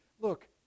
Look